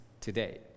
today